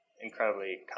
incredibly